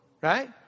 right